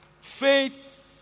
faith